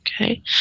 Okay